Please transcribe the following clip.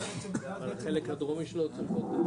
החלק הדרומי צריך לסגור אותו.